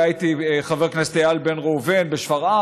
היה איתי חבר הכנסת איל בן ראובן בשפרעם,